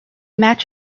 match